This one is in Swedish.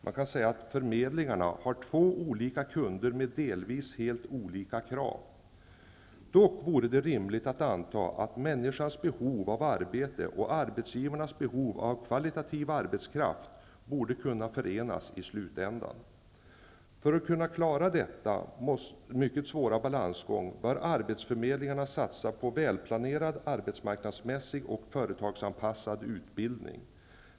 Man kan säga att förmedlingarna har två olika kunder med delvis helt olika krav. Dock vore det rimligt att anta att människans behov av arbete och arbetsgivarnas behov av kvalitativ arbetskraft skall kunna förenas i slutändan. För att kunna klara denna mycket svåra balansgång bör arbetsförmedlingarna satsa på välplanerad arbetsmarknadsmässig och företagsanpassad utbildning.